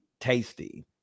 tasty